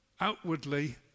outwardly